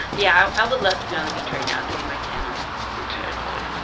yeah. i would love to be on the beach right now getting my tan on your tan on